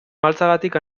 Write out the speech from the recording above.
maltzagatik